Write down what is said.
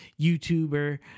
youtuber